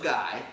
guy